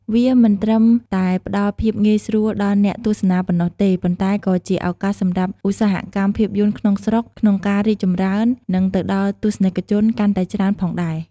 វាមិនត្រឹមតែផ្ដល់ភាពងាយស្រួលដល់អ្នកទស្សនាប៉ុណ្ណោះទេ ប៉ុន្តែក៏ជាឱកាសសម្រាប់ឧស្សាហកម្មភាពយន្តក្នុងស្រុកក្នុងការរីកចម្រើន និងទៅដល់ទស្សនិកជនកាន់តែច្រើនផងដែរ។